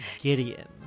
gideon